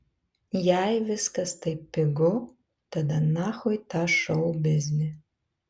jei viskas taip pigu tada nachui tą šou biznį